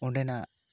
ᱚᱸᱰᱮᱱᱟᱜ